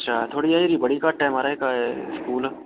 अच्छा थुआढ़ी हाजिरी बड़ी घट्ट ऐ महाराज ऐ स्कूल